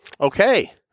Okay